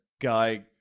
guy